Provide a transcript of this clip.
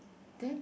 then